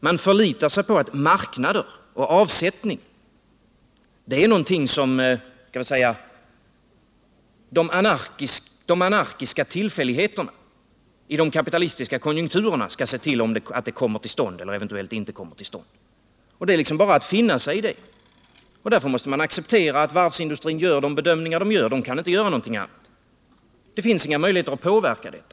Man förlitar sig på att de anarkiska tillfälligheterna i de kapitalistiska konjunkturerna skall se till att marknader och avsättning finns eller eventuellt inte finns. Det är bara att finna sig i det. Av den anledningen måste man acceptera att varvsindustrin gör de bedömningar den gör. Man kan ingenting annat, och det finns inga möjligheter att påverka detta.